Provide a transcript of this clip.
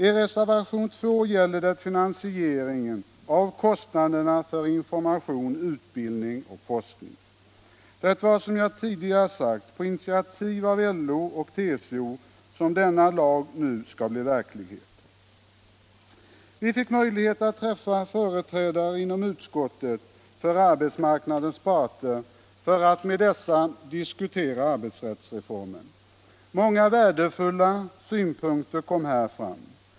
I reservationen 2 gäller det finansieringen av kostnaderna för information, utbildning och forskning. Det var som jag tidigare sagt på initiativ av LO och TCO som denna lag nu skall bli verklighet. Vi fick möjlighet att träffa företrädare för arbetsmarknadens parter för att med dessa diskutera arbetsrättsreformen. Många värdefulla synpunkter kom här fram.